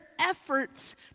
efforts